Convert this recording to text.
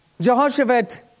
Jehoshaphat